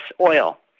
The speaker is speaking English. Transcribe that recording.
oil